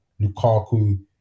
Lukaku